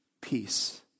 peace